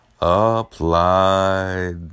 Applied